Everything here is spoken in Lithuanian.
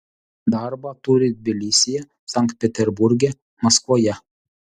darbą turi tbilisyje sankt peterburge maskvoje